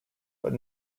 but